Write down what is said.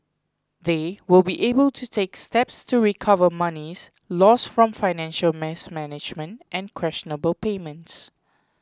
they will be able to take steps to recover monies lost from financial mess management and questionable payments